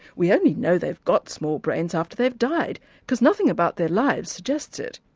we only know they've got small brains after they've died because nothing about their lives suggests it.